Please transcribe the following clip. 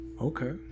Okay